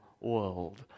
world